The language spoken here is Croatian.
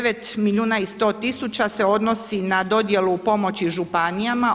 9 milijuna i 100 tisuća se odnosi na dodjelu pomoći županijama.